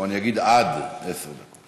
או אני אגיד עד עשר דקות,